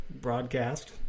broadcast